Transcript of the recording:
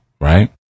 right